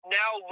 now